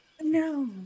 No